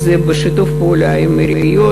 זה בשיתוף פעולה עם העיריות,